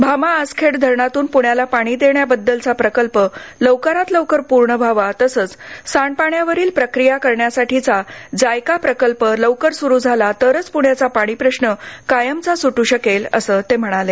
भामा आसखेड धरणातून पृण्याला पाणी देण्याबद्दल चा प्रकल्प लवकरात लवकर पूर्ण व्हावा तसंच सांडपाण्यावरील प्रक्रिया साठीचा जायका प्रकल्प लवकर सुरु झाला तरच पुण्याचा पाणी प्रश्र कायमचा सुटू शकेल असं ते म्हणाले